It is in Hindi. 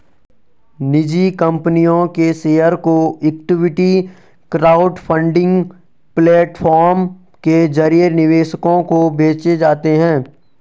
निजी कंपनियों के शेयर जो इक्विटी क्राउडफंडिंग प्लेटफॉर्म के जरिए निवेशकों को बेचे जाते हैं